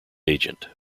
agent